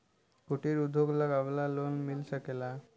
कुटिर उद्योग लगवेला लोन मिल सकेला?